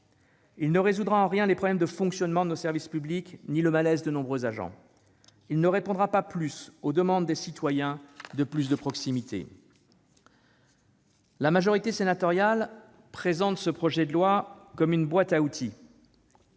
Il ne résoudra ni les problèmes de fonctionnement de nos services publics ni le malaise de nombreux agents. Il ne répondra pas plus aux demandes des citoyens désireux de plus de proximité. La majorité sénatoriale présente ce projet de loi comme une boîte à outils.